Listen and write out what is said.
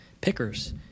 pickers